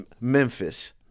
Memphis